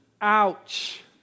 Ouch